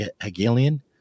hegelian